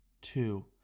two